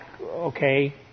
okay